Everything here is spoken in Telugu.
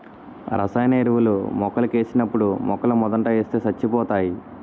రసాయన ఎరువులు మొక్కలకేసినప్పుడు మొక్కలమోదంట ఏస్తే సచ్చిపోతాయి